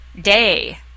day